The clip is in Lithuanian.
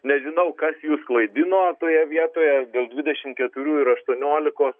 nežinau kas jus klaidino toje vietoje dėl dvidešim keturių ir aštuoniolikos